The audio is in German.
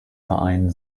verein